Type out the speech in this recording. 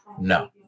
No